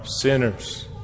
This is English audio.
sinners